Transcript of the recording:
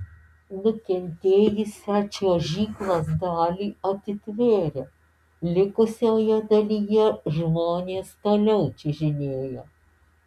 nukentėjusią čiuožyklos dalį atitvėrė likusioje dalyje žmonės toliau čiuožinėjo